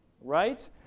Right